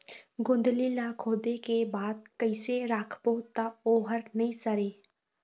गोंदली ला खोदे के बाद कइसे राखबो त ओहर नई सरे?